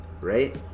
right